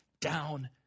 down